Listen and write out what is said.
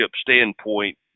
standpoint